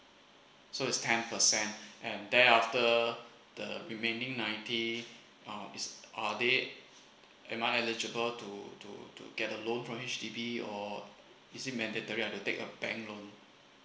so it's ten percent and there after the remaining ninety uh are they am I eligible to to to get a loan from H_D_B or is it mandatory I have to take a bank loan